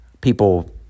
People